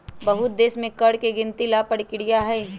बहुत देश में कर के गिनती ला परकिरिया हई